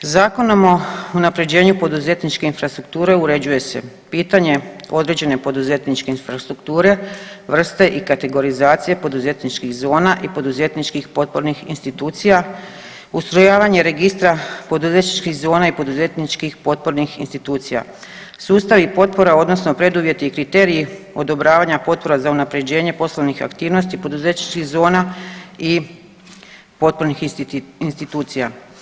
Zakonom o unapređenju poduzetničke infrastrukture uređuje se pitanje određene poduzetničke infrastrukture, vrste i kategorizacije poduzetničkih zona i poduzetničkih potpornih institucija, ustrojavanje Registra poduzetničkih zona i poduzetničkih potpornih institucija, sustav i potpora, odnosno preduvjeti i kriteriji odobravanja potpora za unapređenje poslovnih aktivnosti, poduzetničkih zona i potpornih institucija.